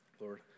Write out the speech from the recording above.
Lord